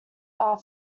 are